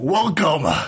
Welcome